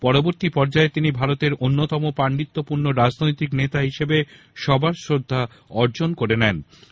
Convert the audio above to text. পরবর্তী পর্যায়ে তিনি ভারতের অন্যতম পান্ডিত্যপূর্ণ রাজনৈতিক নেতা হিসেবে সবার শ্রদ্ধা অর্জন কোরে নেন